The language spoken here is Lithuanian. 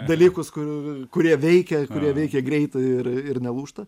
dalykus kurių kurie veikia kurie veikia greitai ir ir nelūžta